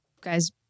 guys